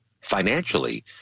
financially